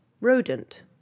Rodent